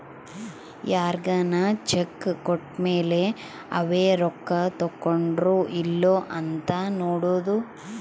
ಯಾರ್ಗನ ಚೆಕ್ ಕೋಟ್ಮೇಲೇ ಅವೆ ರೊಕ್ಕ ತಕ್ಕೊಂಡಾರೊ ಇಲ್ಲೊ ಅಂತ ನೋಡೋದು